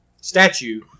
statue